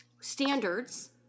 standards